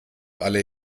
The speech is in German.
alle